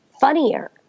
funnier